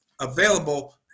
available